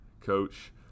coach